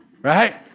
right